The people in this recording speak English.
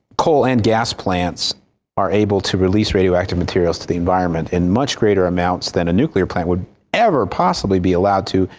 coal and gas plants are able to release radioactive material to the environment in much greater amounts than a nuclear plant would ever possibly be allowed to,